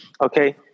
Okay